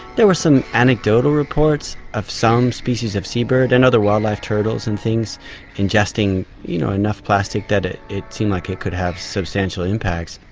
there were some anecdotal reports of some species of seabird and other wildlife turtles and things ingesting you know enough plastic that it it seemed like it could have substantial impacts,